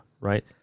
right